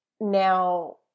now